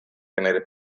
tenere